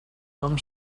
com